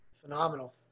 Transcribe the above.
Phenomenal